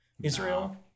Israel